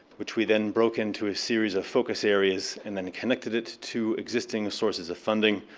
which we then broke into a series of focus areas and then connected it to existing sources of funding.